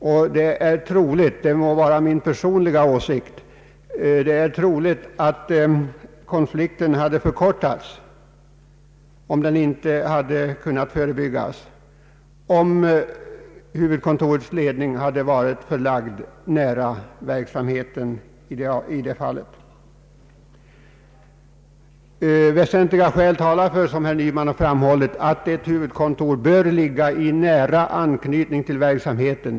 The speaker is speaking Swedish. Det är troligt — men det må vara min personliga åsikt — att konflikten hade förkortats, om inte rent av kunnat förebyggas, om huvudkontorets ledning hade varit förlagd nära platsen för företagets verksamhet. Som herr Nyman framhållit talar väsentliga skäl för att ett huvudkontor bör ligga i nära anknytning till verksamheten.